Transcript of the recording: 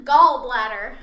Gallbladder